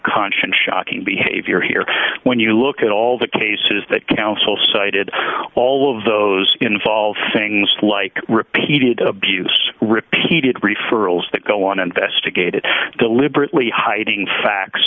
conscience shocking behavior here when you look at all the cases that counsel cited all of those involved things like repeated abuse repeated referrals that go on investigated deliberately hiding facts